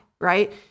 Right